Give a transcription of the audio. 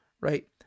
right